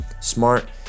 smart